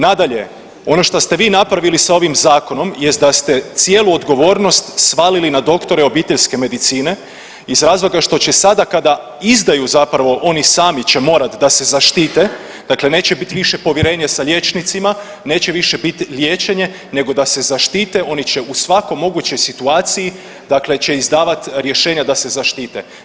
Nadalje, ono što ste vi napravili s ovim zakonom jest da ste cijelu odgovornost svalili na doktore obiteljske medicine iz razloga što se sada kada izdaju zapravo, oni sami će morati da se zaštite, dakle neće biti više povjerenje sa liječnicima, neće više biti liječenje nego da se zaštite oni će u svakoj mogućnoj situaciji dakle će izdavati rješenja da se zaštite.